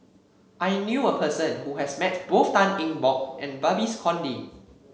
I knew a person who has met both Tan Eng Bock and Babes Conde